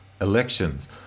elections